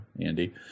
Andy